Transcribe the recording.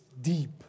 deep